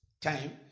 time